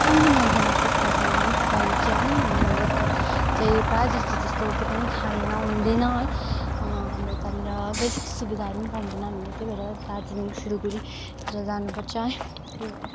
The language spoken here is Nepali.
कम्ती मात्रामा चाहिँ सरकारीमा पनि सिकाइन्छ है अनि हाम्रो यता चाहिँ प्रायः जस्तो त्यस्तो केही पनि छैन हुँदैन है हाम्रो यतानिर बेसिक सुविधाहरू पाउँदैन हामीले त्यही भएर दार्जिलिङ सिलगडीतिर जानु पर्छ त्यही भएर